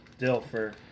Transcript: Dilfer